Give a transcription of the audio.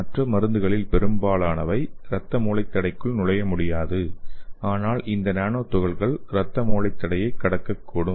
மற்ற மருந்துகளில் பெரும்பாலானவை இரத்த மூளைத் தடைக்குள் நுழைய முடியாது ஆனால் இந்த நானோ துகள்கள் இரத்த மூளைத் தடையை கடக்கக்கூடும்